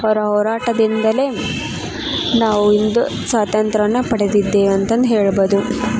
ಅವರ ಹೋರಾಟದಿಂದಲೇ ನಾವು ಇಂದು ಸ್ವಾತಂತ್ರ್ಯವನ್ನ ಪಡೆದಿದ್ದೇವೆ ಅಂತಂದು ಹೇಳ್ಬೋದು